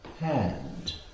hand